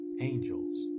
angels